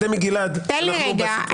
תן לי רגע.